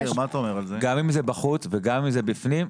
גם אם זה בחוץ וגם אם זה בפנים,